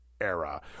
Era